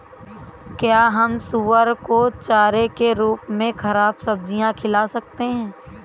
क्या हम सुअर को चारे के रूप में ख़राब सब्जियां खिला सकते हैं?